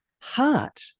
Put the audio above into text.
heart